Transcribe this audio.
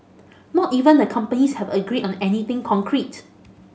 not even the companies have agreed on anything concrete